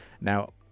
Now